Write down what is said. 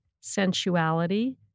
sensuality